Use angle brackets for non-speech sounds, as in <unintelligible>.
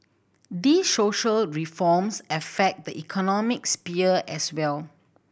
these social reforms affect the economic <unintelligible> as well